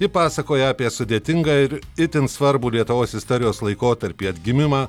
ji pasakoja apie sudėtingą ir itin svarbų lietuvos istorijos laikotarpį atgimimą